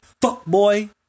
Fuckboy